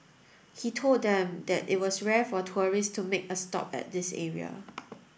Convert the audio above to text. he told them that it was rare for tourists to make a stop at this area